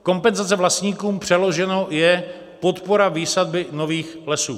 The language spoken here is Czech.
Kompenzace vlastníkům přeloženo je podpora výsadby nových lesů.